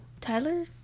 Tyler